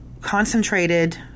Concentrated